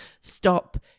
stop